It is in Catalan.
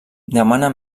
demana